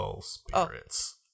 spirits